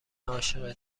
عاشق